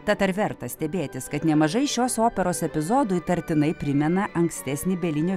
tad ar verta stebėtis kad nemažai šios operos epizodų įtartinai primena ankstesnį belinio